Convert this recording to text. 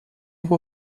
vou